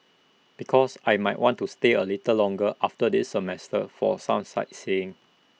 because I might want to stay A little longer after this semester for some sightseeing